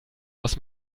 aus